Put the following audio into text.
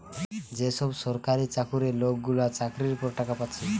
যে সব সরকারি চাকুরে লোকগুলা চাকরির পর টাকা পাচ্ছে